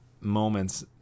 moments